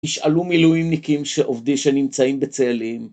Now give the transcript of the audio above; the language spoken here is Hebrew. ‫השאלו מילואימניקים ‫שעובדים שנמצאים בצאלים